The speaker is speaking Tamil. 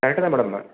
கரெக்டு தான் மேடம்